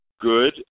good